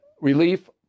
relief